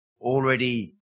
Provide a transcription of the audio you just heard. already